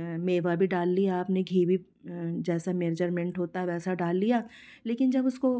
मेवा भी डाल लिया आपने घी भी जैसा मेजरमेंट होता है वैसा डाल लिया लेकिन जब उसको